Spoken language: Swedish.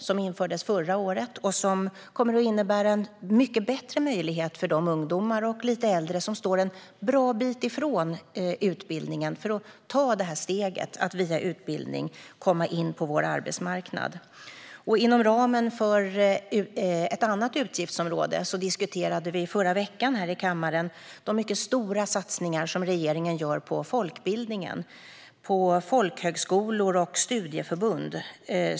Det infördes förra året, men det kommer nu att bli en mycket större möjlighet för ungdomar och lite äldre som står en bra bit ifrån utbildningen att ta det här steget att via utbildning komma in på arbetsmarknaden. Inom ramen för ett annat utgiftsområde diskuterade vi i förra veckan här i kammaren de mycket stora satsningar som regeringen gör på folkbildningen, på folkhögskolor och studieförbund.